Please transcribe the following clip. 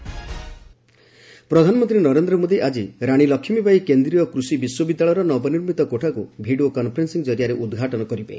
PM RLB university ପ୍ରଧାନମନ୍ତ୍ରୀ ନରେନ୍ଦ୍ର ମୋଦି ଆକି ରାଣୀ ଲକ୍ଷ୍ମୀବାଇ କେନ୍ଦ୍ରୀୟ କୃଷି ବିଶ୍ୱବିଦ୍ୟାଳୟର ନବନିର୍ମିତ କୋଠାକୁ ଭିଡ଼ିଓ କନ୍ଫରେନ୍ସିଂ କରିଆରେ ଉଦ୍ଘାଟନ କରିବେ